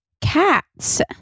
cats